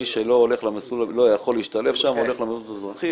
מי שלא יכול להשתלב שם הולך למסלול האזרחי